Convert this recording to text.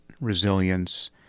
resilience